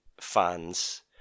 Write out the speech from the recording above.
fans